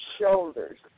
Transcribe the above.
shoulders